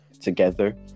together